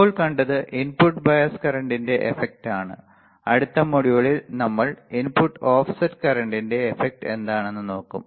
ഇപ്പോൾ കണ്ടത് input bias കറന്റിന്റെ effect ആണ് അടുത്ത മൊഡ്യൂളിൽ നമ്മൾ ഇൻപുട്ട് ഓഫ്സെറ്റ് കറന്റിന്റെ effect എന്താണെന്ന് നോക്കും